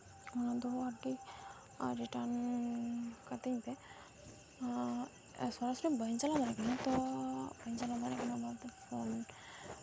ᱚᱱᱟᱫᱚ ᱟᱨᱠᱤ ᱨᱤᱴᱟᱨᱱ ᱠᱟᱛᱤᱧᱯᱮ ᱟᱨ ᱥᱚᱨᱟᱥᱚᱨᱤ ᱵᱟᱹᱧ ᱪᱟᱞᱟᱣ ᱫᱟᱲᱮᱭᱟᱜ ᱠᱟᱱᱟ ᱛᱚ ᱵᱟᱹᱧ ᱪᱟᱞᱟᱣ ᱫᱟᱲᱮᱭᱟ ᱚᱱᱟᱛᱮ ᱯᱷᱳᱱ